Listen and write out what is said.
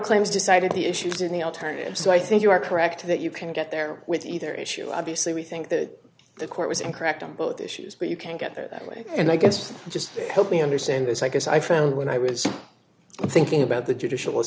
claims decided the issues in the alternatives so i think you are correct that you can get there with either issue obviously we think that the court was incorrect on both issues but you can't get there that way and i guess you just help me understand this i guess i found when i was thinking about the judicial